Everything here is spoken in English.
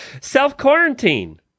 self-quarantine